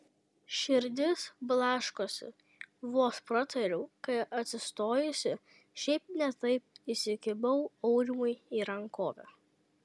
širdis blaškosi vos pratariau kai atsistojusi šiaip ne taip įsikibau aurimui į rankovę